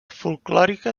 folklòrica